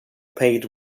paid